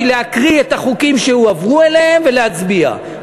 להקריא את החוקים שהועברו אליהם ולהצביע,